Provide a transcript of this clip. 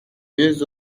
deux